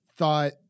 Thought